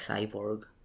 cyborg